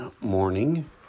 morning